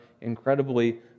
incredibly